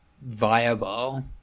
viable